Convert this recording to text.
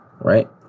Right